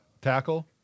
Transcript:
Tackle